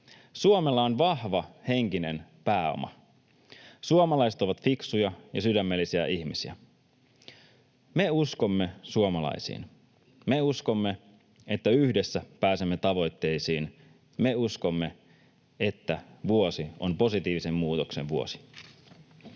Suomella on vahva henkinen pääoma. Suomalaiset ovat fiksuja ja sydämellisiä ihmisiä. Me uskomme suomalaisiin. Me uskomme, että yhdessä pääsemme tavoitteisiin. Me uskomme, että vuosi on positiivisen muutoksen vuosi.